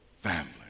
family